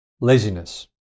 Laziness